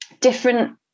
different